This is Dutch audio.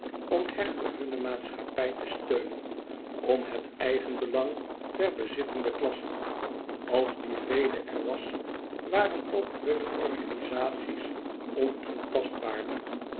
om hechter hunne maatschappij te steunen om het eigenbelang der bezittende klassen als die vrede er was waren ook hunne organizaties onaantastbaarder